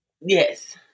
Yes